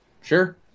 Sure